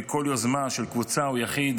מכל יוזמה של קבוצה או יחיד